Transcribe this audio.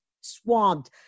swamped